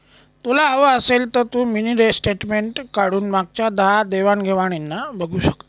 तुला हवं असेल तर तू मिनी स्टेटमेंट काढून मागच्या दहा देवाण घेवाणीना बघू शकते